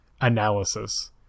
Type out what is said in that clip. analysis